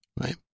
Right